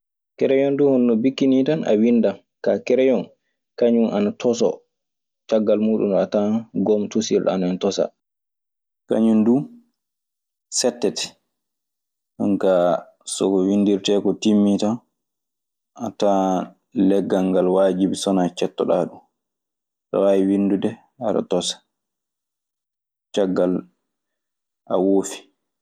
Kereyon duu honono bikki nii tan. A winndan kaa kereyon kañum ana tosoo caggal muuɗum, ɗo tawan gom tosirendo ana ɗon tosaa. Kañun duu settete. jonkaa so ko winndirtee koo timmii tan, a tawan leggal ngal waajibi so wanaa cettoɗaa ɗun. Aɗe waawi wiindude aɗe tosa, caggal a woofii.